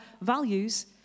values